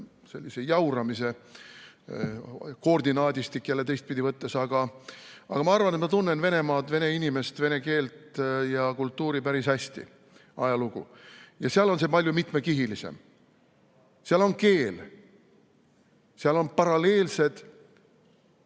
poliitilise jauramise koordinaadistik jälle teistpidi võttes, aga ma arvan, et ma tunnen Venemaad, vene inimest, vene keelt ja kultuuri päris hästi, ka ajalugu. Seal on see palju mitmekihilisem. Seal on keel, seal on paralleelsed